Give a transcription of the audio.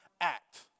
act